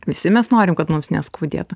visi mes norim kad mums neskaudėtų